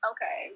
Okay